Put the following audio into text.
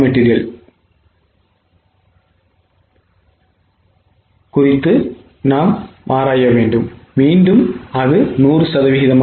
மீண்டும் அது 100 சதவீதம்